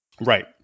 Right